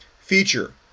feature